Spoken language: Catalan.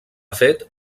fet